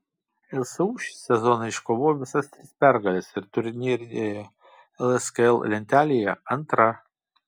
lsu šį sezoną iškovojo visas tris pergales ir turnyrinėje lskl lentelėje antra